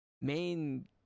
main